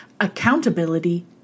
accountability